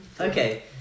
Okay